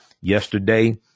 yesterday